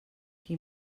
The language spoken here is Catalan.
qui